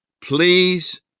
Please